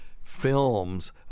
films